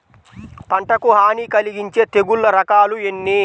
పంటకు హాని కలిగించే తెగుళ్ళ రకాలు ఎన్ని?